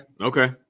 Okay